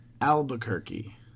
Albuquerque